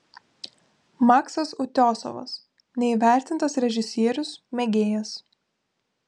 maksas utiosovas neįvertintas režisierius mėgėjas